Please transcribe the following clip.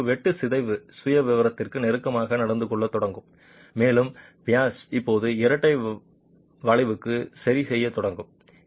இது ஒரு வெட்டு சிதைவு சுயவிவரத்திற்கு நெருக்கமாக நடந்து கொள்ளத் தொடங்கும் மேலும் பியர்ஸ் இப்போது இரட்டை வளைவுக்கு சரி செய்யத் தொடங்கும்